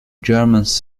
germans